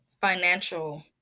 financial